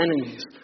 enemies